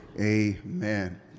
amen